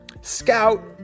Scout